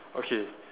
okay